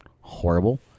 horrible